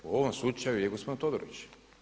U ovom slučaju je gospodin Todorić.